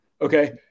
Okay